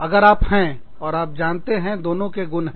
अगर आप हैं और आप जानते हैं दोनों के गुण हैं